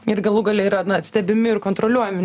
ir galų gale yra na stebimi ir kontroliuojami